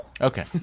Okay